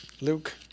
Luke